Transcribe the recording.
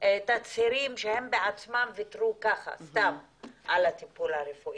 תצהירים שהם בעצמם ויתרו ככה סתם על הטיפול הרפואי.